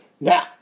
Now